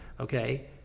okay